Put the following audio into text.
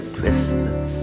Christmas